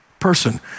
person